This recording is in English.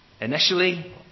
Initially